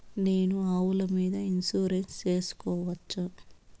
నేను ఆవుల మీద ఇన్సూరెన్సు సేసుకోవచ్చా?